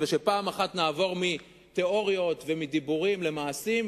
ופעם אחת נעבור מתיאוריות ומדיבורים למעשים,